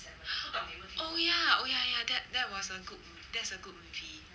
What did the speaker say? oh ya oh ya ya that that was a good that's a good movie